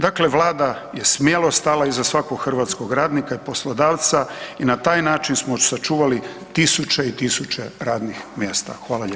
Dakle, Vlada je smjelo stala iza svakog hrvatskog radnika i poslodavaca i na taj način smo sačuvali tisuće i tisuće radnih mjesta.